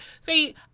See